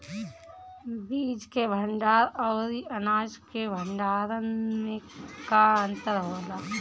बीज के भंडार औरी अनाज के भंडारन में का अंतर होला?